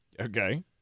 Okay